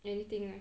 anything lah